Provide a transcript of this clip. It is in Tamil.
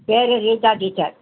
பேயரு ரீட்டா டீச்சர்